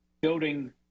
building